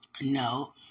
No